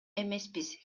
эмеспиз